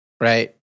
right